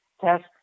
test